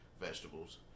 vegetables